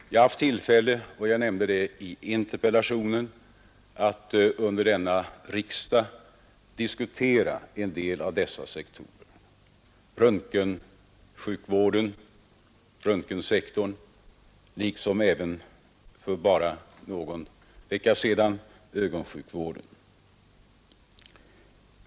Jag har haft tillfälle, som jag nämnde i interpellationssvaret, att under innevarande riksdag diskutera en del av dessa sektorer, nämligen röntgensektorn och — för bara någon vecka sedan — ögonsjukvården.